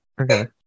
Okay